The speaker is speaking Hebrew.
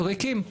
ריקים.